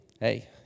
hey